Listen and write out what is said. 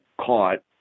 caught